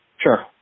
Sure